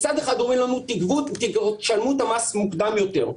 מצד אחד אומרים לנו: תשלמו את המס מוקדם יותר.